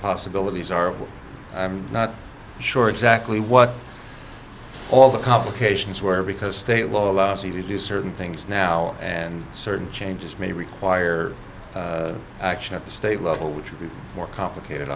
possibilities are i'm not sure exactly what all the complications were because state law allows you to do certain things now and certain changes may require action at the state level which would be more complicated